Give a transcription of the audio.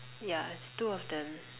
yeah two of them